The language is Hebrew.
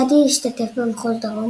שאדי השתתף במחוז דרום,